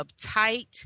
uptight